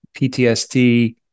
PTSD